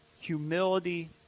humility